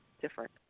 different